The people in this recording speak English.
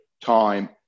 time